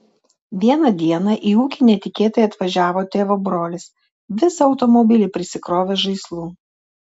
vieną dieną į ūkį netikėtai atvažiavo tėvo brolis visą automobilį prisikrovęs žaislų